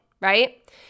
right